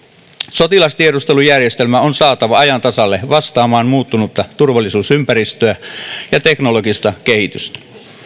sotilastiedustelujärjestelmä on saatava ajan tasalle vastaamaan muuttunutta turvallisuusympäristöä ja teknologista kehitystä